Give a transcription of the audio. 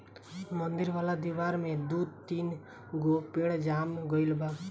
मंदिर वाला दिवार में दू तीन गो पेड़ जाम गइल बा